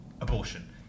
abortion